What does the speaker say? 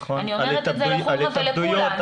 נכון, על התאבדויות.